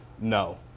No